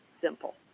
simple